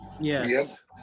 Yes